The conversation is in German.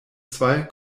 zwei